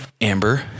Amber